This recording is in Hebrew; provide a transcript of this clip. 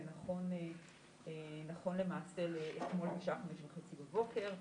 זה נכון למעשה לאתמול בשעה 05:30 בבוקר.